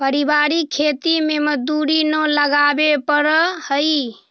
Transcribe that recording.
पारिवारिक खेती में मजदूरी न लगावे पड़ऽ हइ